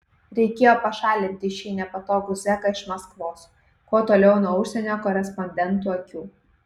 reikėjo pašalinti šį nepatogų zeką iš maskvos kuo toliau nuo užsienio korespondentų akių